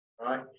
Right